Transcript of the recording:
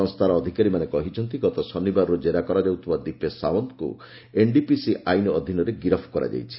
ସଂସ୍ଥାର ଅଧିକାରୀମାନେ କହିଛନ୍ତି ଗତ ଶନିବାରରୁ କେରା କରାଯାଉଥିବା ଦୀପେଶ୍ ସାଓ୍ୱନ୍ତକୁ ଏନ୍ଡିପିଏସ୍ ଆଇନ୍ ଅଧୀନରେ ଗିରଫ କରାଯାଇଛି